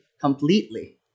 completely